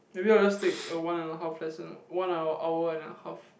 maybe I will just take a one and a half lesson one hour hour and a half